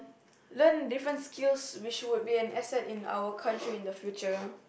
learn different skills which will be an asset in our country in the future